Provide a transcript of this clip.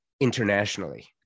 internationally